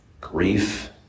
grief